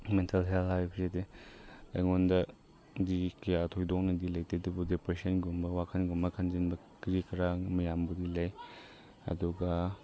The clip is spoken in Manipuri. ꯃꯦꯟꯇꯦꯜ ꯍꯦꯜ ꯍꯥꯏꯕꯁꯤꯗꯤ ꯑꯩꯉꯣꯟꯗꯗꯤ ꯀꯌꯥ ꯊꯣꯏꯗꯣꯛꯅꯗꯤ ꯂꯩꯇꯦ ꯑꯗꯨꯕꯨ ꯗꯤꯄ꯭ꯔꯦꯁꯟꯒꯨꯝꯕ ꯋꯥꯈꯜꯒꯨꯝꯕ ꯈꯟꯖꯤꯟꯕꯗꯤ ꯀꯔꯤ ꯀꯔꯥ ꯃꯌꯥꯝꯕꯨꯗꯤ ꯂꯩ ꯑꯗꯨꯒ